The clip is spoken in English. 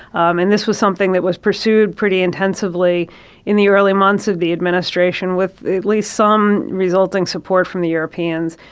um and this was something that was pursued pretty intensively in the early months of the administration with at least some resulting support from the europeans.